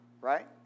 right